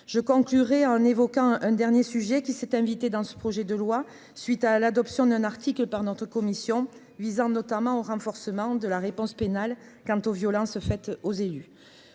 je conclurai en évoquant un dernier sujet qui s'est invité dans ce projet de loi suite à l'adoption d'un article par notre commission visant notamment au renforcement de la réponse pénale quant aux violences faites aux élus,